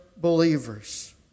believers